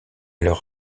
leur